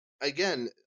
Again